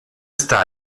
está